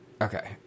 Okay